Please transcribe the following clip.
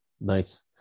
Nice